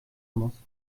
muss